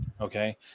okay